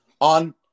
on